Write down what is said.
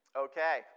Okay